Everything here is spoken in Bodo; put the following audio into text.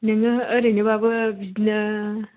नोङो ओरैनोबाबो बिदिनो